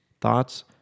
thoughts